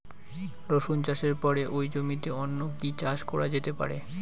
রসুন চাষের পরে ওই জমিতে অন্য কি চাষ করা যেতে পারে?